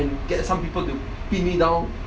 and get some people to pin me down